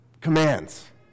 commands